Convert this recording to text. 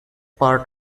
part